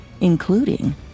including